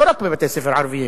לא רק בבתי-ספר ערביים,